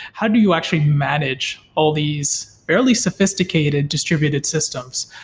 how do you actually manage all these fairly sophisticated distributed systems.